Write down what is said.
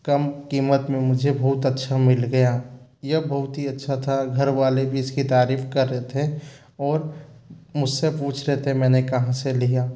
कम कीमत में मुझे बहुत अच्छा मिल गया यह बहुत ही अच्छा था घरवाले भी इसकी तारीफ़ कर रहे थे ओर मुझ से पूछ रहे थे मैंने कहाँ से लिया